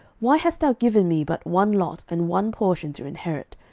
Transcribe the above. why hast thou given me but one lot and one portion to inherit,